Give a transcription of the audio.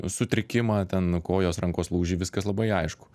sutrikimą ten kojos rankos lūžį viskas labai aišku